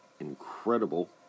incredible